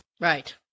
Right